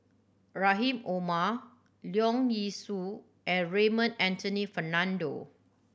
Rahim Omar Leong Yee Soo and Raymond Anthony Fernando